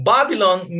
Babylon